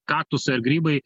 kaktusai ar grybai